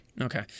Okay